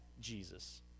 Jesus